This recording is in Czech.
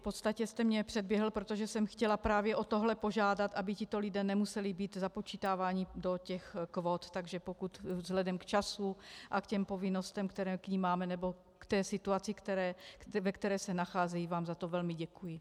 V podstatě jste mě předběhl, protože jsem chtěla právě o tohle požádat, aby tito lidé nemuseli být započítáváni do těch kvót, takže vzhledem k času a k těm povinnostem, které k nim máme, nebo k té situaci, ve které se nacházejí, vám za to velmi děkuji.